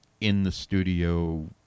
in-the-studio